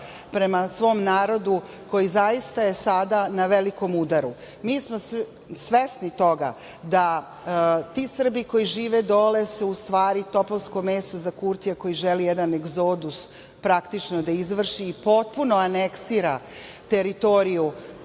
prema svom narodu koji je zaista sada na velikom udaru. Mi smo sada svesni toga ti Srbi koji žive dole su u stvari topovsko meso za Kurtija koji želi jedan egzodus, praktično, da izvrši i potpuno aneksira teritoriju